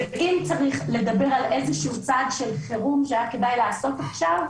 ואם צריך לדבר על איזשהו צעד של חירום שהיה כדאי לעשות עכשיו,